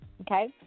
Okay